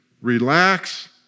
Relax